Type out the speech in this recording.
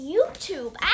YouTube